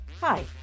Hi